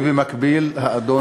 ובמקביל האדון,